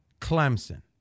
Clemson